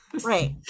right